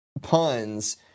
puns